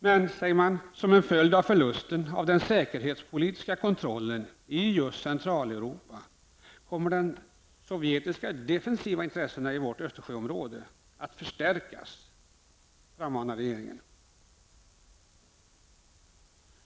Men som en följd av förlusten av den säkerhetspolitiska kontrollen i just Centraleuropa kommer de sovjetiska defensiva intressena i vårt Östersjöområde att förstärkas, manar regeringen.